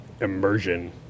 immersion